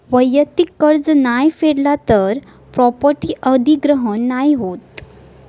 वैयक्तिक कर्ज नाय फेडला तर प्रॉपर्टी अधिग्रहण नाय होत